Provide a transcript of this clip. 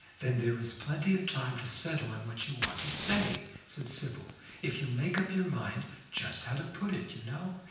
then there is plenty of time to settle on what you want to say, said sybil. if you make up your mind just how to put it, you know,